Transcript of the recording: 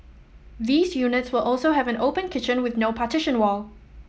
these units will also have an open kitchen with no partition wall